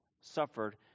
suffered